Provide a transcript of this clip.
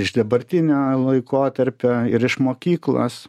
iš dabartinio laikotarpio ir iš mokyklos